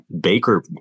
Baker